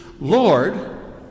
Lord